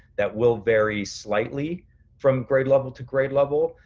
that will vary slightly from grade level to grade level.